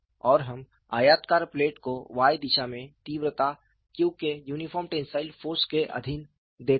और हम आयताकार प्लेट को y दिशा में तीव्रता q के यूनिफार्म टेंसिल फाॅर्स के अधीन देखते हैं